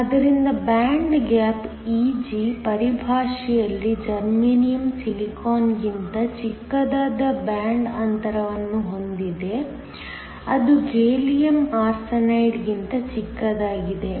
ಆದ್ದರಿಂದ band gap Eg ಪರಿಭಾಷೆಯಲ್ಲಿ germanium silicon ಗಿಂತ ಚಿಕ್ಕದಾದ ಬ್ಯಾಂಡ್ ಅಂತರವನ್ನು ಹೊಂದಿದೆ ಅದು ಗ್ಯಾಲಿಯಂ ಆರ್ಸೆನೈಡ್ ಗಿಂತ ಚಿಕ್ಕದಾಗಿದೆ